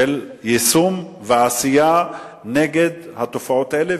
של יישום ועשייה נגד התופעות האלה,